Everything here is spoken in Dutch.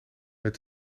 met